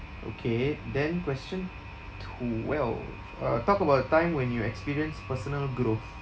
okay then question twelve uh talk about a time when you experience personal growth